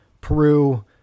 Peru